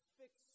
fix